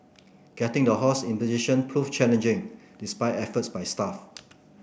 getting the horse in position prove challenging despite efforts by staff